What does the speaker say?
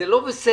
זה לא בסדר,